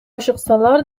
чыксалар